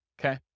okay